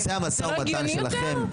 מכבי, בנושא המשא ומתן שלכם,